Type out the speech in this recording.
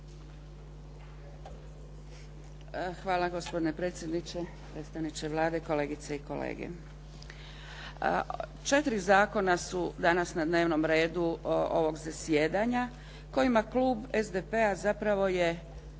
Hvala gospodine predsjedniče. Predstavniče Vlade, kolegice i kolege. Četiri zakona su danas na dnevnom redu ovog zasjedanja kojima klub SDP-a zapravo je